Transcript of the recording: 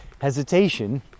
hesitation